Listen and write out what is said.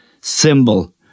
symbol